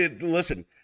Listen